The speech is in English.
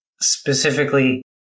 specifically